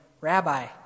Rabbi